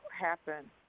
happen